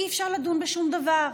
אי-אפשר לדון בשום דבר.